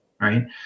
right